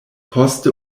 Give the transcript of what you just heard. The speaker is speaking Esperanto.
poste